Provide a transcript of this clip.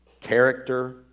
character